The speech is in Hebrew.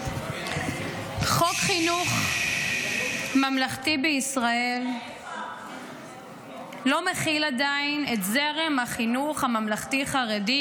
חוק חינוך ממלכתי בישראל לא מכיל עדיין את זרם החינוך הממלכתי-חרדי,